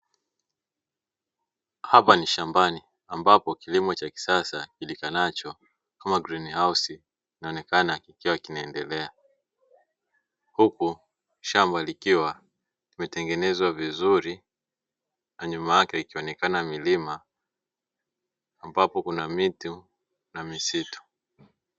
Hapa ni shambani ambapo kilimo cha kisasa kijulikanacho kama "greenhouse" kinaonekana kikiwa kinaendelea. Huku shamba likiwa limetengenezwa vizuri na nyuma yake ikionekana milima ambapo kuna mito na misitu.